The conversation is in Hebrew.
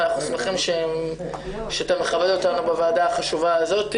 אנחנו שמחים שאתה מכבד אותנו בוועדה החשובה הזאת,